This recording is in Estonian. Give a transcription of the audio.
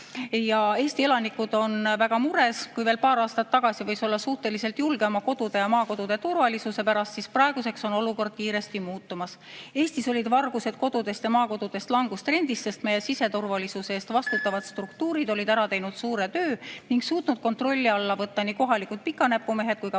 autodega. Eesti elanikud on väga mures. Kui veel paar aastat tagasi võis olla suhteliselt julge oma kodude ja maakodude turvalisuse pärast, siis praeguseks on olukord kiiresti muutumas. Eestis olid vargused kodudest ja maakodudest langustrendis, sest meie siseturvalisuse eest vastutavad struktuurid olid ära teinud suure töö ning suutnud kontrolli alla võtta nii kohalikud pikanäpumehed kui ka